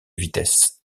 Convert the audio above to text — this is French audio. vitesse